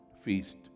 feast